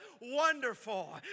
Wonderful